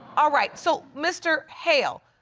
all right. so, mr. hail,